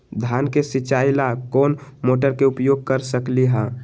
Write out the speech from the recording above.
धान के सिचाई ला कोंन मोटर के उपयोग कर सकली ह?